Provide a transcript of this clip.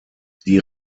die